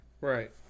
Right